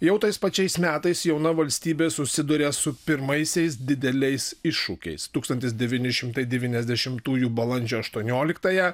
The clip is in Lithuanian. jau tais pačiais metais jauna valstybė susiduria su pirmaisiais dideliais iššūkiais tūkstantis devyni šimtai devyniasdešimtųjų balandžio aštuonioliktąją